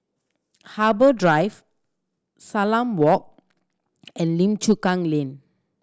Harbour Drive Salam Walk and Lim Chu Kang Lane